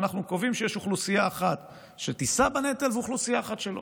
אנחנו קובעים שיש אוכלוסייה אחת שתישא בנטל ואוכלוסייה אחת שלא.